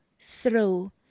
throw